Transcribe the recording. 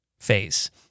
phase